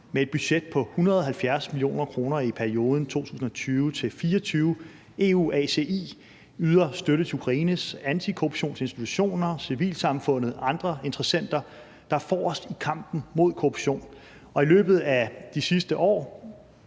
med et budget på 170 mio. kr. i perioden 2020-2024. EUACI yder støtte til Ukraines antikorruptionsinstitutioner, civilsamfundet og andre interessenter, der går forrest i kampen mod korruption. I løbet af de sidste par